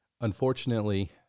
unfortunately